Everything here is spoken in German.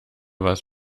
was